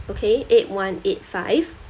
okay eight one eight five